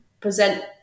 present